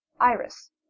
Iris